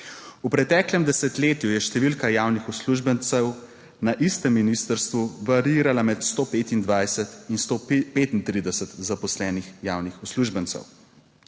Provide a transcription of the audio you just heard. V preteklem desetletju je številka javnih uslužbencev na istem ministrstvu variirala, med 125 in 135 zaposlenih javnih uslužbencev.